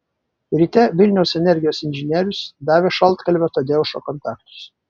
ryte vilniaus energijos inžinierius davė šaltkalvio tadeušo kontaktus